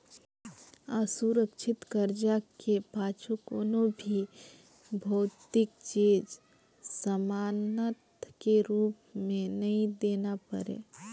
असुरक्छित करजा के पाछू कोनो भी भौतिक चीच जमानत के रूप मे नई देना परे